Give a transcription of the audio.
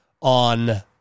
on